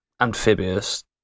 Amphibious